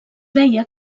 veia